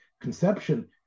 conception